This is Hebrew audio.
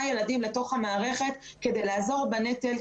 לתוך המערכת עבור חמישה ילדים כדי לעזור בנטל,